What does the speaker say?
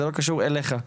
זה לא קשור אליך,